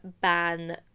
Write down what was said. ban